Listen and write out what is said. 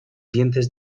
dientes